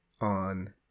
on